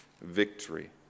victory